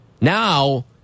Now